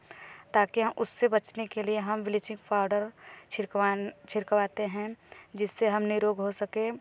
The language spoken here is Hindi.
ताकि हम उससे बचने के लिए हम ब्लीचिंग पाउडर छड़कवान छिड़कवाते हैं जिससे हम निरोग हो सकें